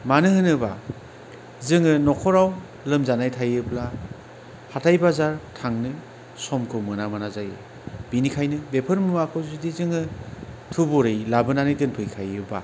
मानो होनोबा जोङो नखराव लोमजानाय थायोब्ला हाथाय बाजार थांनो समखौ मोना मोना जायो बेनिखायनो बेफोर मुवाखौ जुदि जोङो थुबुरै लाबोनानै दोनखायोबा